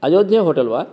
Ayodhya hotel वा